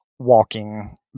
walking